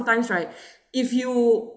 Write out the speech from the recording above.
times right if you